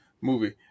movie